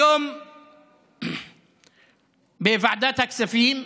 היום בוועדת הכספים,